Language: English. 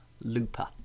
Looper